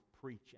preaching